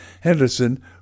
Henderson